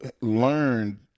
learned